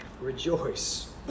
rejoice